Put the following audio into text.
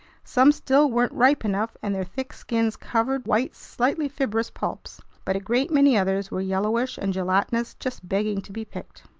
some still weren't ripe enough, and their thick skins covered white, slightly fibrous pulps. but a great many others were yellowish and gelatinous, just begging to be picked.